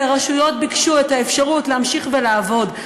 הרשויות ביקשו את האפשרות להמשיך לעבוד.